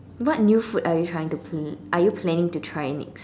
what new food are you trying to pla~ are you planning to try next